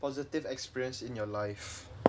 positive experience in your life